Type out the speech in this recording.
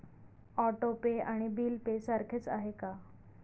Auto pay आणि bill pay सारखेच आहे का?